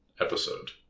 episode